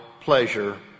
pleasure